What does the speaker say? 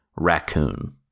raccoon